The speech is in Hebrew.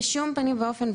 בשום פנים ואופן,